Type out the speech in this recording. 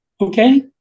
Okay